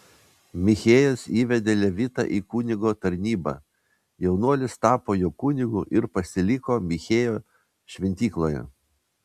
michėjas įvedė levitą į kunigo tarnybą jaunuolis tapo jo kunigu ir pasiliko michėjo šventykloje